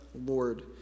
Lord